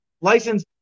license